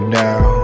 now